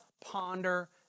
ponder